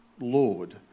lord